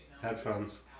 Headphones